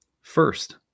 First